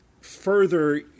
further